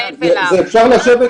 גם אצל רופאים אחרים,